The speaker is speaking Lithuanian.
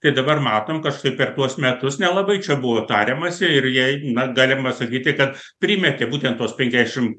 tai dabar matom kažkaip per tuos metus nelabai čia buvo tariamasi ir jai na galima sakyti kad primetė būtent tuos penkiašim